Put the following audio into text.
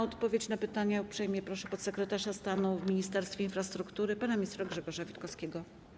O odpowiedź na pytania uprzejmie proszę podsekretarza stanu w Ministerstwie Infrastruktury pana ministra Grzegorza Witkowskiego.